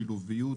שילוביות,